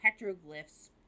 petroglyphs